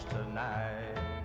tonight